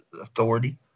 authority